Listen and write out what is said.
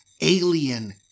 alien